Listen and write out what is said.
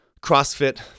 CrossFit